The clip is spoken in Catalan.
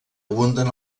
abunden